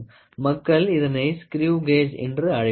மக்கள் இதனை screw gauge என்று அழைப்பார்கள்